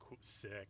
sick